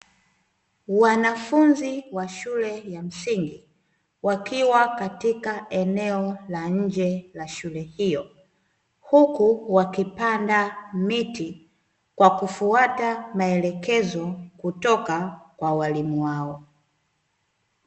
Wanafunzi wa shule ya msingi, wakiwa katika eneo la nje la shule hiyo, huku wakipanda miti kwa kufuata maelekezo kutoka kwa walimu wao.